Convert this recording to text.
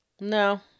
No